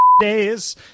days